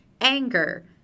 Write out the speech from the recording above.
anger